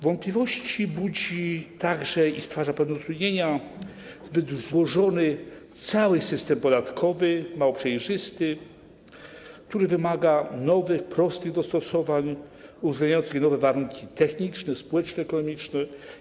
Wątpliwości budzi także i stwarza pewne utrudnienia zbyt złożony cały system podatkowy, mało przejrzysty, który wymaga nowych, prostych dostosowań uwzględniających nowe warunki techniczne, społeczno-ekonomiczne.